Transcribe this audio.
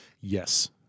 Yes